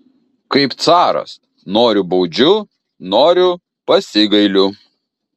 kaip caras noriu baudžiu noriu pasigailiu